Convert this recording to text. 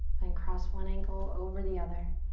then, cross one ankle over the other,